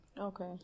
Okay